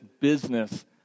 business